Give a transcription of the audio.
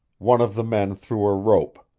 one of the men threw a rope.